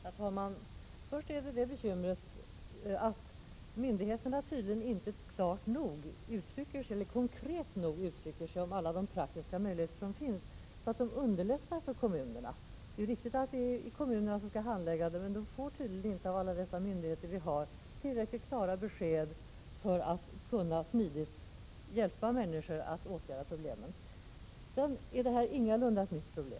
Herr talman! Först och främst är det ett bekymmer att myndigheterna inte uttrycker sig tillräckligt konkret om alla de praktiska möjligheter som finns för att underlätta för kommunerna. Det är riktigt att det är kommunerna som skall handlägga detta, men kommunerna får tydligen inte tillräckligt klara besked från alla våra myndigheter för att på ett smidigt sätt kunna hjälpa människor att åtgärda problemen. Detta är ingalunda ett nytt problem.